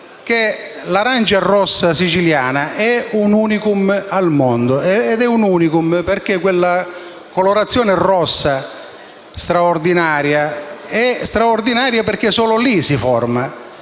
l'arancia rossa siciliana è un *unicum* al mondo; lo è perché quella colorazione rossa straordinaria è tale perché solo lì si forma.